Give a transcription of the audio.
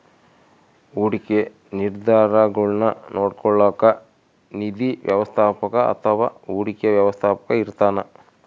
ಹೂಡಿಕೆ ನಿರ್ಧಾರಗುಳ್ನ ನೋಡ್ಕೋಳೋಕ್ಕ ನಿಧಿ ವ್ಯವಸ್ಥಾಪಕ ಅಥವಾ ಹೂಡಿಕೆ ವ್ಯವಸ್ಥಾಪಕ ಇರ್ತಾನ